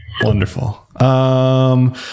Wonderful